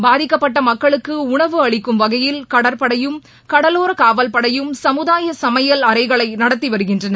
பாதிக்கப்பட்ட மக்களுக்கு உணவு அளிக்கும் வகையில் கடற்படையும் கடலோர காவல் படையும் சமுதாய சமையல் அறைகளை நடத்தி வருகின்றன